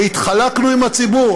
והתחלקנו עם הציבור.